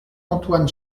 antoine